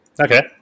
Okay